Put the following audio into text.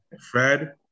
Fred